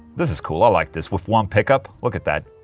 this is cool, i like this, with one pickup. look at that